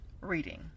Reading